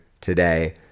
today